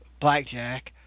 blackjack